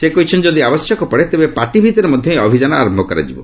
ସେ କହିଛନ୍ତି ଯଦି ଆବଶ୍ୟକତା ପଡ଼େ ତେବେ ପାର୍ଟି ଭିତରେ ମଧ୍ୟ ଏହି ଅଭିଯାନ ଆରମ୍ଭ କରାଯିବ